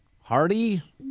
Hardy